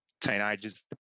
teenagers